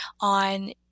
on